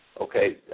Okay